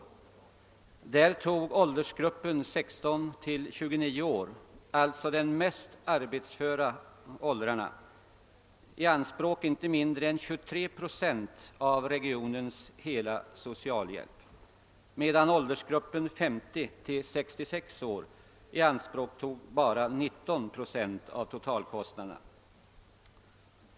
Utredningen visar att åldersgruppen 16—29 år — alltså de mest arbetsföra åldrarna — tog i anspråk inte mindre än 23 procent av regionens hela socialhjälp, medan åldersgruppen 50— 66 år tog i anspråk bara 19 procent av den totala socialhjälpen.